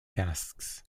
casks